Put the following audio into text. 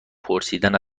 پرسیدن